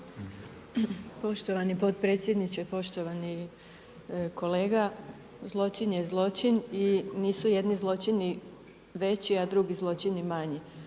Poštovani potpredsjedniče, poštovani kolega. Zločin je zločin i nisu jedni zločini veći a drugi zločini manji.